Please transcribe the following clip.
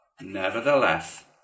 nevertheless